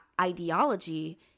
ideology